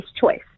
choice